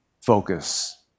focus